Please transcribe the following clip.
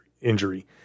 injury